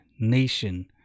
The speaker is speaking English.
nation